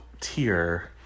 tier